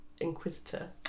inquisitor